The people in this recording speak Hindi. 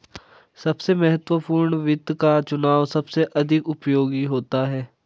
सबसे महत्वपूर्ण वित्त का चुनाव सबसे अधिक उपयोगी होता है